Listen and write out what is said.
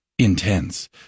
Intense